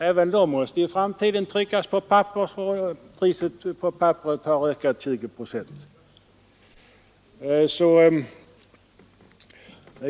Även de måste i framtiden tryckas på papper, vars pris har ökat med 20 procent.